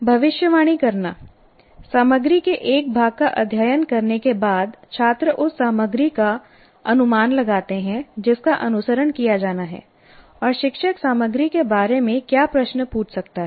भविष्यवाणी करना सामग्री के एक भाग का अध्ययन करने के बाद छात्र उस सामग्री का अनुमान लगाते हैं जिसका अनुसरण किया जाना है और शिक्षक सामग्री के बारे में क्या प्रश्न पूछ सकता है